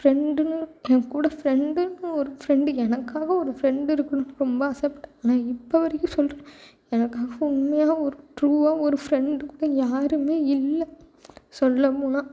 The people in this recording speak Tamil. ஃப்ரெண்டுனு என்கூட ஃப்ரெண்டுனு ஒரு ஃப்ரெண்டு எனக்காக ஒரு ஃப்ரெண்டு இருக்கணும் ரொம்ப ஆசைப்பட்டேன் ஆனால் இப்போ வரைக்கும் சொல்கிறேன் எனக்காக உண்மையாக ஒரு ட்ருவாக ஒரு ஃப்ரெண்டு கூட யாரும் இல்லை சொல்லப்போனால்